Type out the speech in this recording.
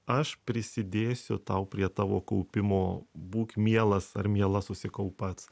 aš prisidėsiu tau prie tavo kaupimo būk mielas ar miela susikau pats